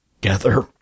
together